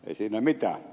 ei siinä mitään